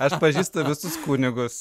aš pažįstu visus kunigus